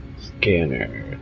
Scanner